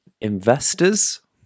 Investors